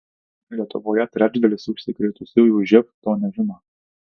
lietuvoje trečdalis užsikrėtusiųjų živ to nežino